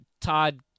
todd